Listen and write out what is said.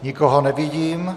Nikoho nevidím.